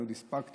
אני עוד הספקתי,